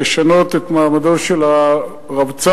לשנות את מעמדו של הרבצ"ר,